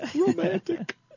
Romantic